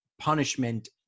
punishment